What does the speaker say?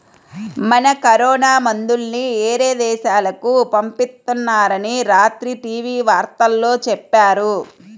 మన కరోనా మందుల్ని యేరే దేశాలకు పంపిత్తున్నారని రాత్రి టీవీ వార్తల్లో చెప్పారు